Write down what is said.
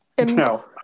no